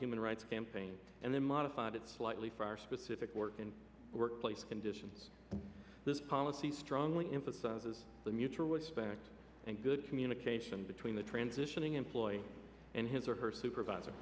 human rights campaign and then modified it slightly for our specific work in workplace conditions this policy strongly emphasized is the mutual respect and good communication between the transitioning employee and his or her supervisor